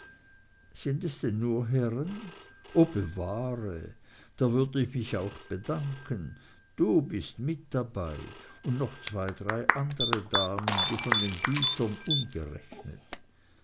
sind es denn nur herren o bewahre da würd ich mich auch bedanken du bist mit dabei und noch zwei drei andere damen die von den gütern ungerechnet